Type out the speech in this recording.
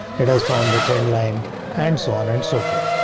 it has found a trend line and so on and so forth,